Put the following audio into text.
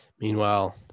Meanwhile